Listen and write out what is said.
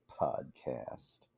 podcast